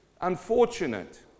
unfortunate